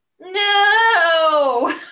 No